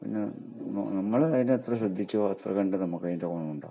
പിന്നെ നമ്മൾ അതിനെ എത്ര ശ്രദ്ധിച്ച് വളർത്തു കണ്ട് നമുക്ക് അതിൻ്റെ ഗുണം ഉണ്ടാകും